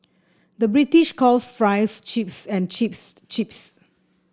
the British calls fries chips and chips crisps